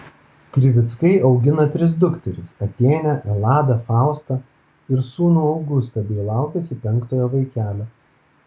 krivickai augina tris dukteris atėnę eladą faustą ir sūnų augustą bei laukiasi penktojo vaikelio